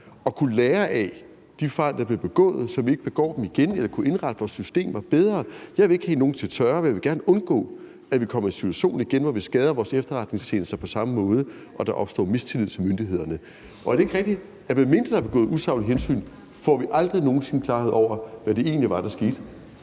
ikke lære af de fejl, der blev begået, så vi ikke begår dem igen eller kan indrette vores systemer bedre. Jeg vil ikke hænge nogen til tørre, men jeg vil gerne undgå, at vi igen kommer i en situation, hvor vi skader vores efterretningstjenester på samme måde og der opstår mistillid til myndighederne. Er det ikke rigtigt, at medmindre der er begået usaglige hensyn, får vi aldrig nogen sinde klarhed over, hvad det egentlig var, der skete?